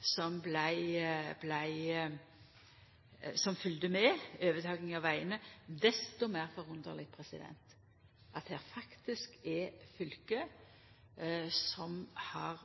som følgde med ved overtakinga av vegane. Desto meir forunderleg er det at det faktisk er fylke som har